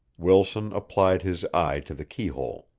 wilson applied his eye to the keyhole.